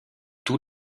tous